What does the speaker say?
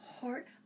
heart